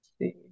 see